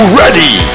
ready